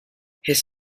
his